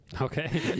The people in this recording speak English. Okay